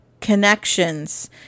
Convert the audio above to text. connections